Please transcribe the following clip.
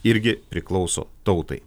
irgi priklauso tautai